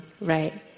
right